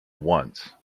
once